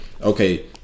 okay